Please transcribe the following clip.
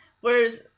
whereas